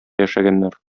яшәгәннәр